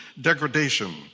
degradation